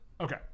Okay